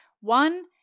One